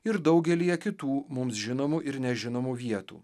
ir daugelyje kitų mums žinomų ir nežinomų vietų